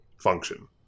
function